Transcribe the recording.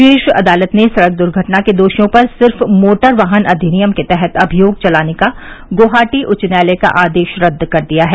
शीर्ष अदालत ने सड़क दुर्घटना के दोषियों पर सिर्फ मोटर वाहन अधिनियम के तहत अभियोग चलाने का गुवाहाटी उच्च न्यायालय का आदेश रद्द कर दिया है